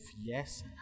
yes